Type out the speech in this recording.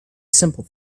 simple